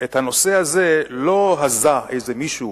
שאת הנושא הזה לא הזה איזה מישהו